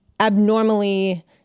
abnormally